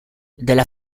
della